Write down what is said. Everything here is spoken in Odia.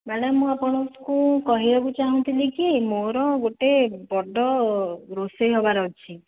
ମ୍ୟାଡ଼ମ୍ ମୁଁ ଆପଣଙ୍କୁ କହିବାକୁ ଚାହୁଁଥିଲି କି ମୋର ଗୋଟେ ବଡ଼ ରୋଷେଇ ହେବାର ଅଛି